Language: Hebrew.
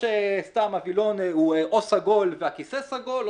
שהווילון הוא סגול והכיסא סגול,